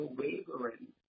wavering